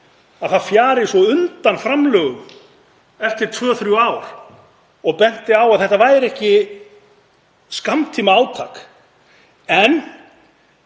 að svo fjari undan framlögum eftir 2–3 ár og ég benti á að þetta væri ekki skammtímaátak. En